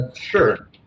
sure